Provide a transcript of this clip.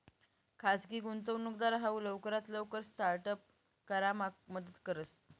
खाजगी गुंतवणूकदार हाऊ लवकरात लवकर स्टार्ट अप करामा मदत करस